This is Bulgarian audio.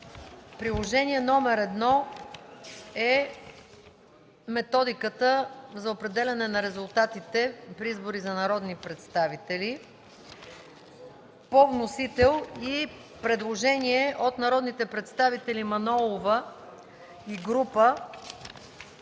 Приложение № 1 е Методиката за определяне на резултатите при избори за народни представители – по вносител, и предложение от народния представител Мая Манолова и група